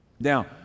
Now